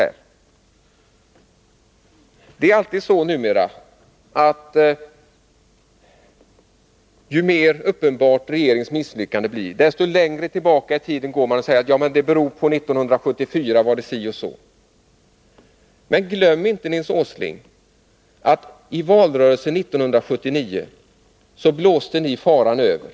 Det är alltid så numera, att ju mer uppenbart regeringens misslyckande blir, desto längre tillbaka i tiden går man. Man säger exempelvis: Det beror på att det 1974 var si eller så. Men glöm inte, Nils Åsling, att ni i valrörelsen 1979 blåste faran över!